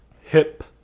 Hip